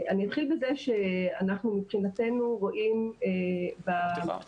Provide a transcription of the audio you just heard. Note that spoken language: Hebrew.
אני אתחיל בזה שאנחנו מבחינתנו מתייחסים